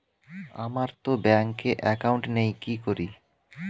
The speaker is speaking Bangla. আমারতো ব্যাংকে একাউন্ট নেই কি করি?